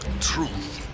truth